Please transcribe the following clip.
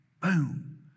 boom